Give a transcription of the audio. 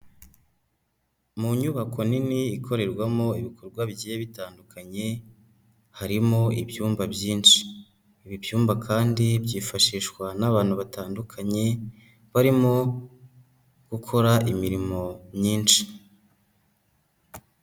Mu nyubako nini ikorerwamo ibikorwa bigiye bitandukanye, harimo ibyumba byinshi, ibi byumba kandi byifashishwa n'abantu batandukanye, barimo gukora imirimo myinshi.